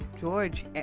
George